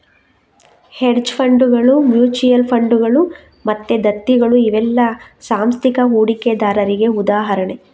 hedge ಫಂಡುಗಳು, mutual ಫಂಡುಗಳು ಮತ್ತೆ ದತ್ತಿಗಳು ಇವೆಲ್ಲ ಸಾಂಸ್ಥಿಕ ಹೂಡಿಕೆದಾರರಿಗೆ ಉದಾಹರಣೆ